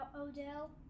Odell